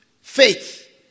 faith